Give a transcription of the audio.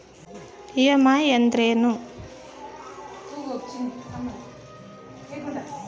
EMI ಅಂದ್ರೇನು?